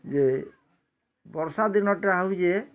ଯେ ବର୍ଷାଦିନଟା ହେଉଛେଁ